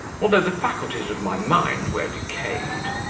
although the faculties of my mind were decayed.